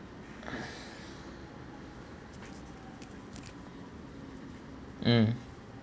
mm